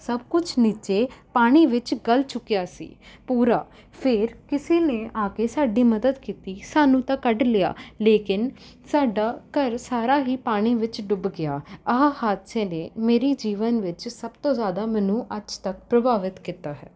ਸਭ ਕੁਛ ਨੀਚੇ ਪਾਣੀ ਵਿੱਚ ਗਲ ਚੁੱਕਿਆ ਸੀ ਪੂਰਾ ਫਿਰ ਕਿਸੇ ਨੇ ਆ ਕੇ ਸਾਡੀ ਮਦਦ ਕੀਤੀ ਸਾਨੂੰ ਤਾਂ ਕੱਢ ਲਿਆ ਲੇਕਿਨ ਸਾਡਾ ਘਰ ਸਾਰਾ ਹੀ ਪਾਣੀ ਵਿੱਚ ਡੁੱਬ ਗਿਆ ਆਹ ਹਾਦਸੇ ਨੇ ਮੇਰੀ ਜੀਵਨ ਵਿੱਚ ਸਭ ਤੋਂ ਜ਼ਿਆਦਾ ਮੈਨੂੰ ਅੱਜ ਤੱਕ ਪ੍ਰਭਾਵਿਤ ਕੀਤਾ ਹੈ